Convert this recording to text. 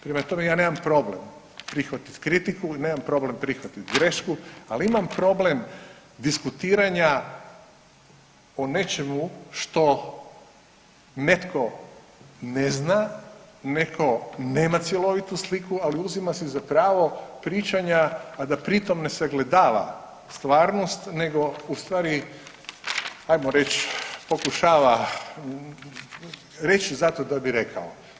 Prema tome, ja nemam problem prihvatiti kritiku, nemam problem prihvatit grešku ali imam problem diskutiranja o nečemu što netko ne zna, netko nema cjelovitu sliku ali uzima si za pravo pričanja, a da pritom ne sagledava stvarnost, nego u stvari hajmo reći pokušava reći zato da bi rekao.